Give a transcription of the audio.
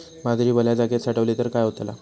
बाजरी वल्या जागेत साठवली तर काय होताला?